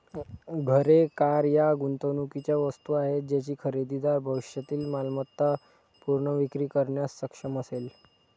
घरे, कार या गुंतवणुकीच्या वस्तू आहेत ज्याची खरेदीदार भविष्यात मालमत्ता पुनर्विक्री करण्यास सक्षम असेल